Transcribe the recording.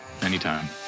anytime